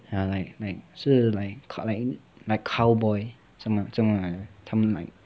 ya like like 是 like like cow~ cowboy 他们 like